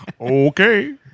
Okay